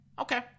okay